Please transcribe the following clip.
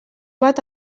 bat